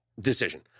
Decision